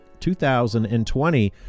2020